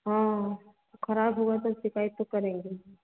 हाँ खराब हुआ तो शिकायत तो करेंगे